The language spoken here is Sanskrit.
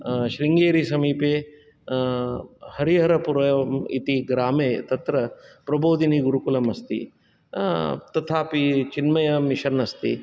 श्रुङ्गेरी समीपे हरिहरपुरम् इति ग्रामे तत्र प्रबोधिनी गुरुकुलम् अस्ति तथापि चिन्मय मिशन् अस्ति